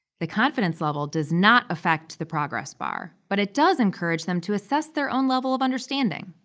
the confidence level does not affect the progress bar but it does encourage them to assess their own level of understanding.